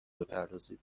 بپردازید